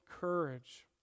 courage